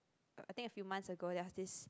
I think a few months ago there's this